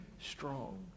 strong